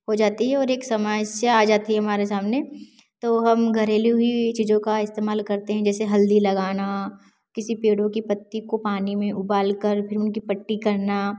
हो जाती है और एक समस्या आ जाती है हमारे सामने तो हम घरेलू ही चीज़ों का इस्तेमाल करते हैं जैसे हल्दी लगाना किसी पेड़ों की पत्ती को पानी में उबाल कर फिर उनकी पट्टी करना